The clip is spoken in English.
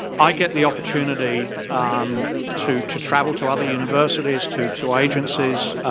i get the opportunity um to to travel to other universities, to to agencies,